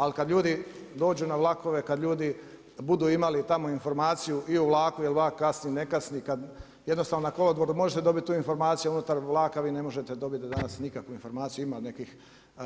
Ali kada ljudi dođu na vlakove, kada ljudi budu imali tamo informaciju i o vlaku, je li vlak kasni, ne kasni, kada jednostavno na kolodvoru možete dobiti tu informaciju a unutar vlaka vi ne možete dobiti danas nikakvu informaciju, ima nekih